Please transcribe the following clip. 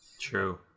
True